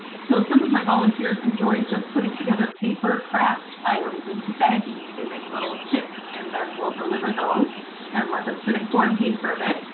so some of my volunteers enjoy just putting together paper craft items into baggies, they make little kits and then we'll deliver those and let them sit in quarantine for a bit.